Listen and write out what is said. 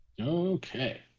Okay